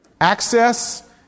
Access